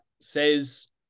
says